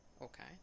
okay